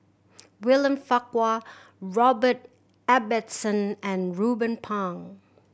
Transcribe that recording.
William Farquhar Robert Ibbetson and Ruben Pang